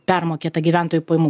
permokėtą gyventojų pajamų